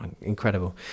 incredible